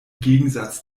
gegensatz